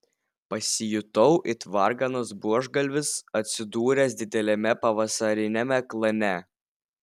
pasijutau it varganas buožgalvis atsidūręs dideliame pavasariniame klane